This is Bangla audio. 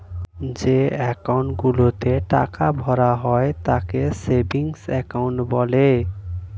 যে অ্যাকাউন্ট গুলোতে টাকা ভরা হয় তাকে সেভিংস অ্যাকাউন্ট বলে